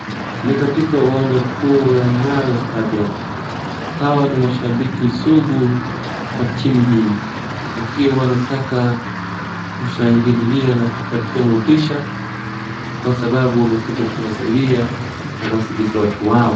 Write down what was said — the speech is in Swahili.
Ni katika uwanja kuu ya Nyayo Stadium. Hawa ni mashabiki sugu wa timu hii wakiwa wanataka kushangilia na kupatia motisha kwa sababu wamekuja kuwasaidia na kuwashabikia watu wao.